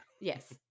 Yes